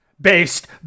BASED